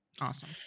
Awesome